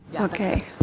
Okay